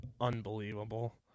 unbelievable